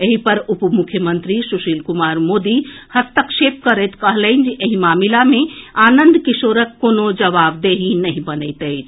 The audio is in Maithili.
एहि पर उप मुख्यमंत्री सुशील कुमार मोदी हस्तक्षेप करैत कहलनि जे एहि मामिला मे आनंद किशोरक कोनो जवाबदेही नहि बनैत अछि